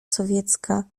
sowiecka